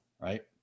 right